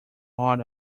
hot